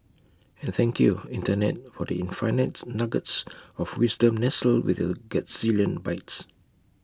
and thank you Internet for the infinite nuggets of wisdom nestled with your gazillion bytes